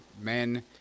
men